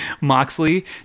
Moxley